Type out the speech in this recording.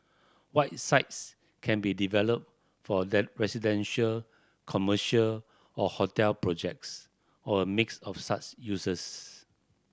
white sites can be developed for residential commercial or hotel projects or a mix of such uses